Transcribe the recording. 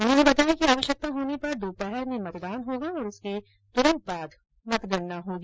उन्होंने बताया कि आवश्यता होने पर दोपहर में मतदान होगा और उसके तुरन्त बाद मतगणना होगी